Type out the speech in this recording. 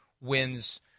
wins